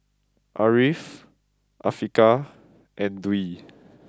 Ariff Afiqah and Dwi